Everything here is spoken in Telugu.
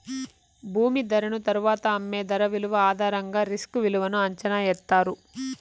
భూమి ధరను తరువాత అమ్మే ధర విలువ ఆధారంగా రిస్క్ విలువను అంచనా ఎత్తారు